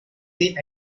the